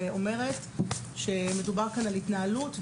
ואומרת שמדובר כאן על התנהלות,